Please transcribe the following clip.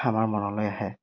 আমাৰ মনলৈ আহে